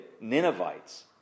Ninevites